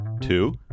Two